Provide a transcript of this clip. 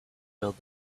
build